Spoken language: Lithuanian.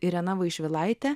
irena vaišvilaite